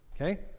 Okay